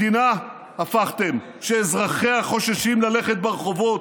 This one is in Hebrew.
מדינה, הפכתם, שאזרחיה חוששים ללכת ברחובות,